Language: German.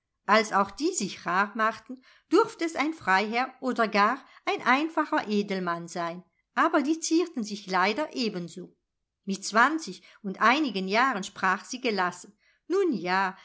als auch die sich rar machten durfte es ein freiherr oder gar ein einfacher edelmann sein aber die zierten sich leider ebenso mit zwanzig und einigen jahren sprach sie gelassen nun ja